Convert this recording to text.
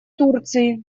турции